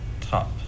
Top